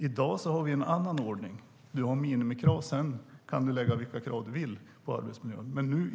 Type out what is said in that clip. I dag har vi en annan ordning, där det finns minimikrav på arbetsmiljöområdet och där det är fritt fram att införa högre krav om man vill.